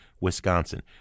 Wisconsin